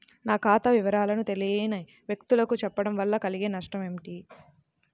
నా ఖాతా వివరాలను తెలియని వ్యక్తులకు చెప్పడం వల్ల కలిగే నష్టమేంటి?